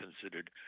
considered